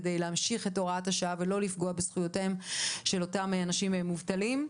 כדי להמשיך את הוראת השעה ולא לפגוע בזכויותיהם של אותם אנשים מובטלים.